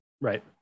Right